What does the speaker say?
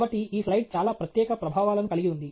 కాబట్టి ఈ స్లయిడ్ చాలా ప్రత్యేక ప్రభావాలను కలిగి ఉంది